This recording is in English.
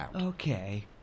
Okay